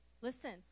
Listen